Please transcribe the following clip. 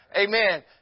Amen